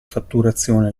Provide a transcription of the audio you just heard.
fatturazione